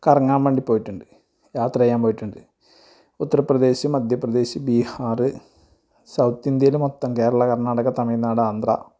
കറങ്ങാൻ വേണ്ടി പോയിട്ടുണ്ട് യാത്ര ചെയ്യാമ്പോയിട്ടുണ്ട് ഉത്തർപ്രദേശ് മധ്യപ്രദേശ് ബീഹാർ സൗത്ത് ഇന്ത്യയിൽ മൊത്തം കേരളം കർണാടക തമിഴ്നാട് ആന്ധ്ര